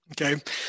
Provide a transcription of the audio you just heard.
Okay